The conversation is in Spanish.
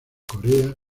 corea